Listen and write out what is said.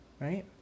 Right